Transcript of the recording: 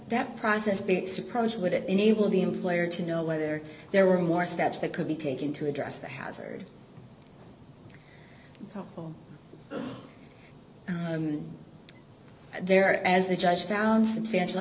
that process big surprise would it enable the employer to know whether there were more steps that could be taken to address the hazard so there as the judge found substantial